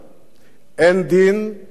אין דין ואין בג"ץ.